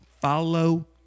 follow